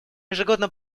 ежегодно